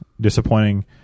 disappointing